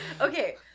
okay